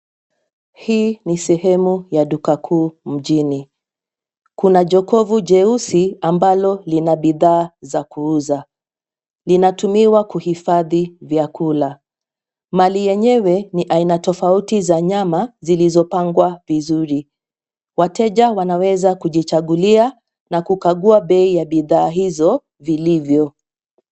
Hii ni sehemu ya duka kuu mjini. Kuna jokovu jeusi ambalo lina bidhaa za kuuza . Linatumiwa kuhifadhi vyakula. Mali yenyewe ni aina tofauti za nyama zilizopangwa vizuri. Wateja wanaweza kujichagulia na kukagua bei ya bidhaa hizo, vilivyo.